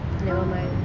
nevermind